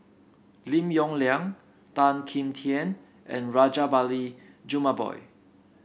Lim Yong Liang Tan Kim Tian and Rajabali Jumabhoy